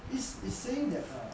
it's it's saying that